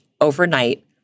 overnight